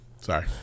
Sorry